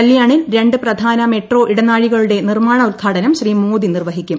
കല്യാണിൽ രണ്ട് പ്രധാന മെട്രോ ഇടനാഴികളുടെ നിർമ്മാണോദ്ഘാടനം ശ്രീ മോദി നിർവ്വഹിക്കും